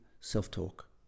self-talk